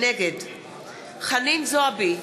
נגד חנין זועבי,